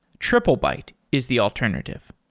triplebyte is the alternative.